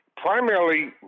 Primarily